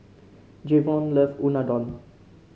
Javon love Unadon